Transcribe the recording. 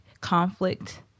conflict